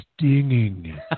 stinging